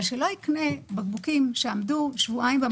אבל שלא יקנה בקבוקים שעמדו שבועיים במקרר.